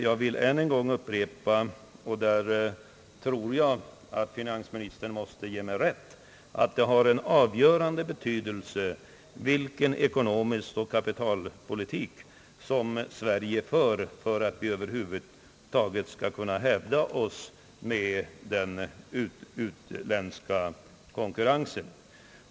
Jag vill upprepa — och jag tror att finansministern därvidlag måste ge mig rätt — att den ekonomioch kapitalpolitik som Sverige för har en avgörande betydelse när det gäller att vi skall kunna hävda oss i den utländska konkurrensen.